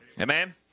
Amen